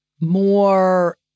more